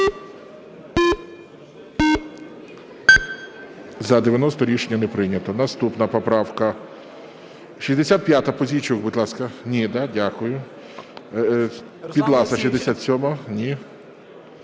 За-90 Рішення не прийнято. Наступна поправка 65, Пузійчук, будь ласка. Ні, так? Дякую. Підласа, 67-а. Ні.